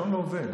השעון לא עובד.